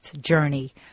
journey